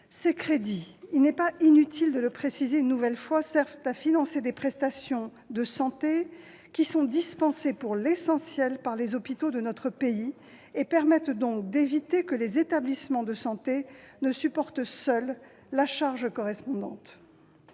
très complexe. Il n'est pas inutile de le préciser une nouvelle fois, ces crédits servent à financer des prestations de santé dispensées, pour l'essentiel, par les hôpitaux de notre pays et permettent donc d'éviter que les établissements de santé ne supportent seuls la charge correspondante.